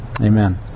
Amen